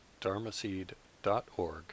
dharmaseed.org